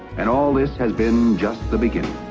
and all this has been just the beginning.